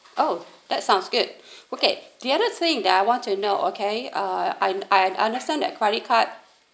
oh that sounds good okay the other thing that I want to know okay uh I I understand that credit card